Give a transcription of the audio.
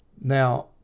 Now